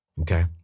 Okay